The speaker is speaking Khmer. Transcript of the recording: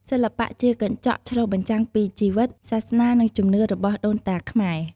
សិល្បៈជាកញ្ចក់ឆ្លុះបញ្ចាំងពីជីវិត សាសនា និងជំនឿរបស់ដូនតាខ្មែរ។